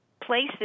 places